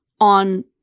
on